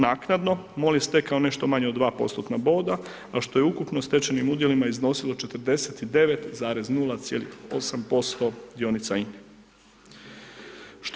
Naknadno, MOL je stekao nešto manje od 2%-tna boda, a što je u ukupno stečenim udjelima iznosilo 49,08% dionica INA-e.